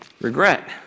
Regret